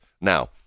Now